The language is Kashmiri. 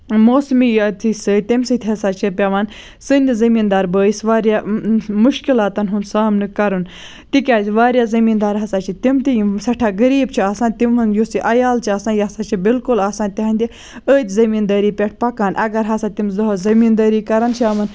موسمی یٲتی سۭتۍ تَمہِ سۭتۍ ہسا چھِ پیوان سٲنِس زٔمیٖن دار بٲیِس واریاہ مَشکِلاتن ہُند سامنہٕ کَرُن تِکیازِ واریاہ زٔمیٖن دار ہسا چھِ تِم تہِ یِم سٮ۪ٹھاہ غریٖب چھِ آسان تِمن یُس یہِ عیال چھُ آسان یہِ ہسا چھ بِلکُل آسان تِہندِ أتھۍ زٔمیٖن دٲری پٮ۪ٹھ پَکان اَگر ہسا تِم دۄہَس زٔمیٖن دٲری کرن